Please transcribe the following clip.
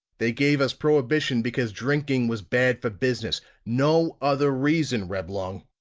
they gave us prohibition because drinking was bad for business no other reason, reblong!